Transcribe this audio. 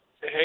Hey